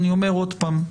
ואני אומר עוד פעם,